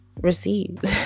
received